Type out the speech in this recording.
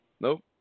Nope